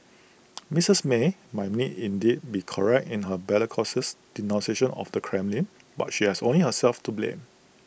Mistress may might indeed be correct in her bellicose denunciation of the Kremlin but she has only herself to blame